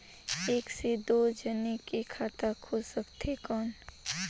एक से दो जने कर खाता खुल सकथे कौन?